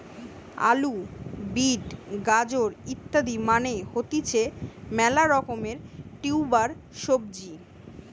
আলু, বিট, গাজর ইত্যাদি মানে হতিছে মেলা রকমের টিউবার সবজি